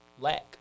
lack